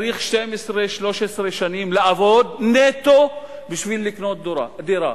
צריך 12 13 שנים עבודה נטו בשביל לקנות דירה.